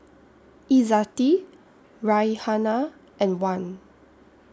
Izzati Raihana and Wan